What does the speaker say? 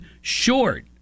short